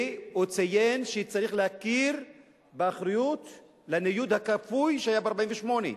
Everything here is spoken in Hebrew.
והוא ציין שצריך להכיר באחריות לניוד הכפוי שהיה ב-1948,